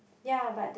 ya but the